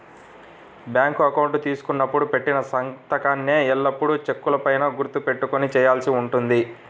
bank account తీసుకున్నప్పుడు పెట్టిన సంతకాన్నే ఎల్లప్పుడూ చెక్కుల పైన గుర్తు పెట్టుకొని చేయాల్సి ఉంటుంది